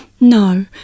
No